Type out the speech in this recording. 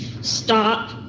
stop